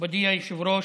מכובדי היושב-ראש,